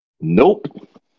Nope